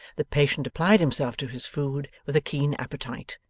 the patient applied himself to his food with a keen appetite,